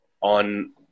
on